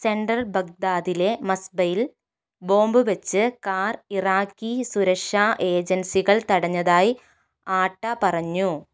central ബഗ്ദാദിലെ മസ്ബയിൽ bomb വെച്ച് കാർ ഇറാഖി സുരക്ഷാ ഏജൻസികൾ തടഞ്ഞതായി ആട്ട പറഞ്ഞു